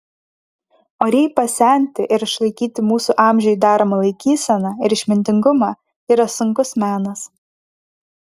oriai pasenti ir išlaikyti mūsų amžiui deramą laikyseną ir išmintingumą yra sunkus menas